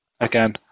again